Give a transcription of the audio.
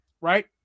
right